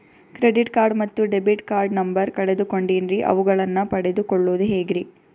Credit card ಮತ್ತು debit card number ಕಳೆದುಕೊಂಡಿನ್ರಿ ಅವುಗಳನ್ನ ಪಡೆದು ಕೊಳ್ಳೋದು ಹೇಗ್ರಿ?